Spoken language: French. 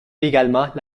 également